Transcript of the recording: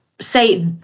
say